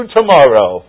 tomorrow